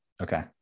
Okay